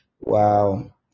Wow